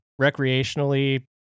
recreationally